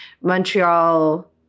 Montreal